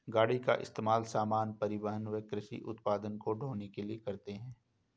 गाड़ी का इस्तेमाल सामान, परिवहन व कृषि उत्पाद को ढ़ोने के लिए करते है